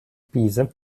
pisa